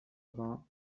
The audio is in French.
vingts